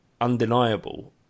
undeniable